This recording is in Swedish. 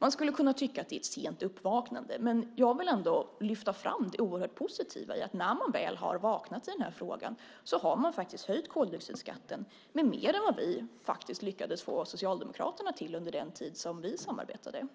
Man skulle kunna tycka att det är ett sent uppvaknande, men jag vill ändå lyfta fram det oerhört positiva i att när man väl har vaknat i den här frågan har man faktiskt höjt koldioxidskatten med mer än vad vi lyckades få Socialdemokraterna till under den tid som vi samarbetade.